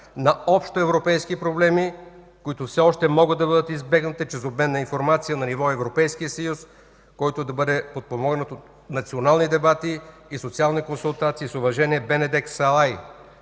на общоевропейски проблеми, които все още могат да бъдат избегнати чрез обмен на информация на ниво Европейския съюз, който да бъде подпомогнат от национални дебати и социални консултации. С уважение – Бенедек Салай.”